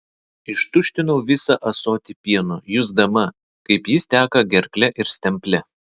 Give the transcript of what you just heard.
ištuštinau visą ąsotį pieno jusdama kaip jis teka gerkle ir stemple